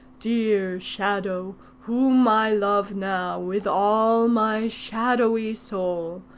dear shadow, whom i love now with all my shadowy soul,